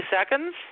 seconds